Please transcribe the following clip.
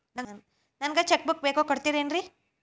ನಂಗ cheque book ಬೇಕು ಕೊಡ್ತಿರೇನ್ರಿ?